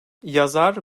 yazar